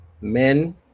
men